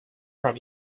from